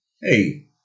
hey